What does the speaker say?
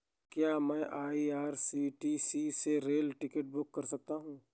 क्या मैं आई.आर.सी.टी.सी से रेल टिकट बुक कर सकता हूँ?